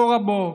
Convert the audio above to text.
תורה בוקס,